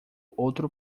outro